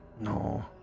No